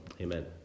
Amen